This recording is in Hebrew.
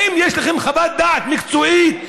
האם יש לכם חוות דעת מקצועית,